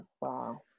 Wow